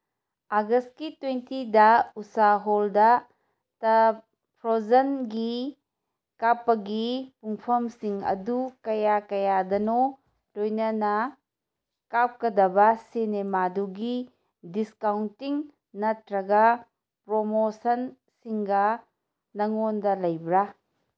ꯑꯥꯒꯁꯀꯤ ꯇ꯭ꯋꯦꯟꯇꯤꯗ ꯎꯁꯥ ꯍꯣꯜꯗ ꯇ ꯐ꯭ꯔꯣꯖꯟꯒꯤ ꯀꯥꯞꯄꯒꯤ ꯄꯨꯡꯐꯝꯁꯤꯡ ꯑꯗꯨ ꯀꯌꯥ ꯀꯌꯥꯗꯅꯣ ꯂꯣꯏꯅꯅ ꯀꯥꯞꯀꯗꯕ ꯁꯤꯅꯦꯃꯥꯗꯨꯒꯤ ꯗꯤꯁꯀꯥꯎꯟꯇꯤꯡ ꯅꯠꯇ꯭ꯔꯒ ꯄ꯭ꯔꯣꯃꯣꯁꯟꯁꯤꯡꯒ ꯅꯪꯉꯣꯟꯗ ꯂꯩꯕ꯭ꯔꯥ